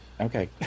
okay